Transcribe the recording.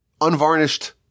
unvarnished